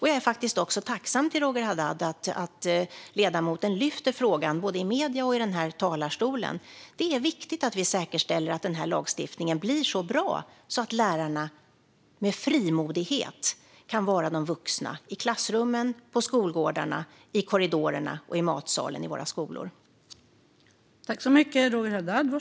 Jag är också tacksam att ledamoten lyfter fram frågan både i medierna och i talarstolen. Det är viktigt att vi säkerställer att lagstiftningen blir så bra att lärarna med frimodighet kan vara de vuxna i klassrummen, på skolgårdarna, i korridorerna och i matsalen i våra skolor.